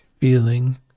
feeling